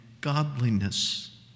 godliness